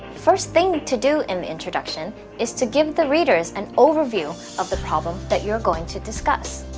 first thing to do in the introduction is to give the readers an overview of the problem that you are going to discuss.